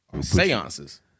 Seances